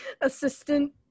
assistant